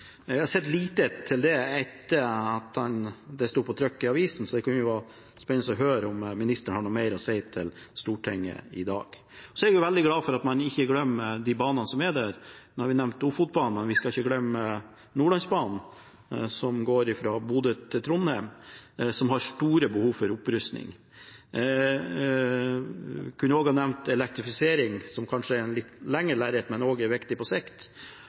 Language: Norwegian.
Jeg har sett lite til det etter at det sto på trykk i avisene, så det kunne være spennende å høre om ministeren har noe mer å si til Stortinget om det i dag. Så er jeg glad for at man ikke glemmer de banene som er der – nå har vi nevnt Ofotbanen, og vi skal ikke glemme Nordlandsbanen, som går fra Bodø til Trondheim, og som har store behov for opprustning. Jeg kunne også ha nevnt elektrifisering, som kanskje er et litt lengre lerret, men som også er viktig på sikt.